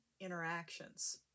interactions